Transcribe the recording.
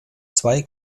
zwei